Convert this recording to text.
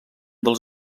dels